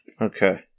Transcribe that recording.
Okay